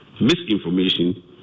misinformation